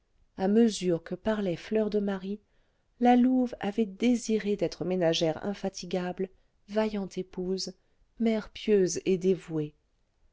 à mesure que parlait fleur de marie la louve avait désiré d'être ménagère infatigable vaillante épouse mère pieuse et dévouée